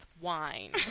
wine